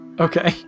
okay